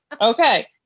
Okay